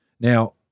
Now